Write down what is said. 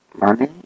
Money